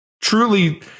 truly